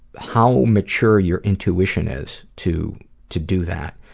how mature your intuition is to to do that.